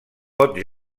pot